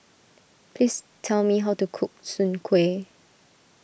please tell me how to cook Soon Kway